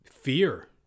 Fear